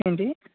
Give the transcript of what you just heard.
ఏంటీ